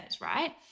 right